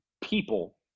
people